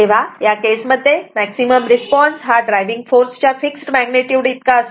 तेव्हा या केसमध्ये मॅक्सिमम रिस्पॉन्स हा ड्रायव्हिंग फोर्स च्या फिक्स मॅग्निट्युड इतका असतो